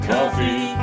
Coffee